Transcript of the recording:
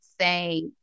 say